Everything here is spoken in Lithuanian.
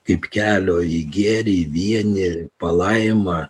kaip kelio į gėrį į vienį palaimą